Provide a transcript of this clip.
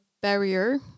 barrier